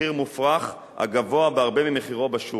מחיר מופרך הגבוה בהרבה ממחירו בשוק.